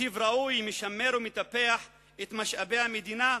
תקציב ראוי משמר ומטפח את משאבי המדינה,